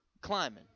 climbing